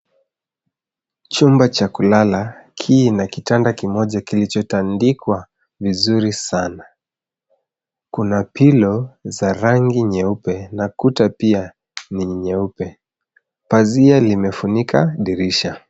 Chumba cha kulala kina kitanda kimoja kilichotandikwa vizuri sana. Kuna pillow za rangi nyeupe na kuta pia ni nyeupe. Pazia limefunika dirisha.